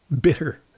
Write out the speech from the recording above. bitter